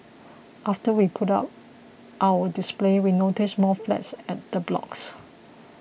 after we put up our display we noticed more flags at the blocks